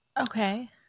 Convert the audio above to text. Okay